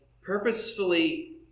purposefully